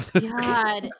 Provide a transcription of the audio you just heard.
God